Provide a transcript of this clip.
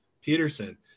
Peterson